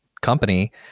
company